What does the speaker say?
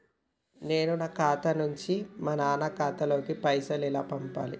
నేను నా ఖాతా నుంచి మా నాన్న ఖాతా లోకి పైసలు ఎలా పంపాలి?